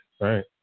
Right